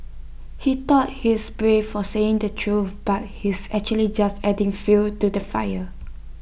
he thought he's brave for saying the truth but he's actually just adding fuel to the fire